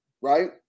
right